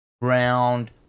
round